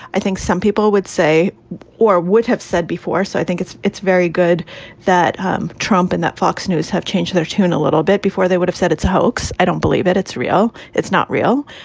i think some people would say or would have said before. so i think it's it's very good that um trump in that fox news have changed their tune a little bit before they would have said it's a hoax. i don't believe it. it's real. it's not real.